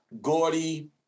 Gordy